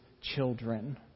children